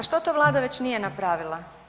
Pa što to Vlada već nije napravila?